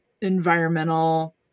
environmental